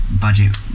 budget